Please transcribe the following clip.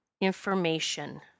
information